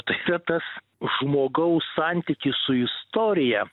tai yra tas žmogaus santykis su istorija